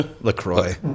Lacroix